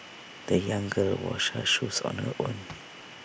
the young girl washed her shoes on her own